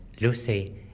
Lucy